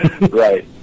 Right